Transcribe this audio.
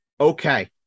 Okay